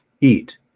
eat